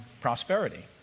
prosperity